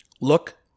look